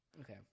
okay